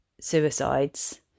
suicides